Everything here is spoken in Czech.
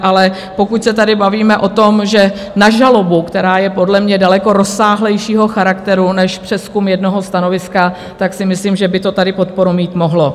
Ale pokud se tady bavíme o tom, že na žalobu, která je podle mě daleko rozsáhlejšího charakteru než přezkum jednoho stanoviska, si myslím, že by to tady podporu mít mohlo.